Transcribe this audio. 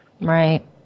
Right